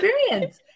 experience